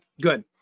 good